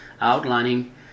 outlining